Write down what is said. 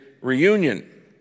reunion